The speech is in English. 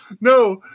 No